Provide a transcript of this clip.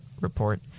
report